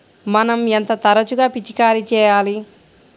మనం ఎంత తరచుగా పిచికారీ చేయాలి?